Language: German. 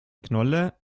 knolle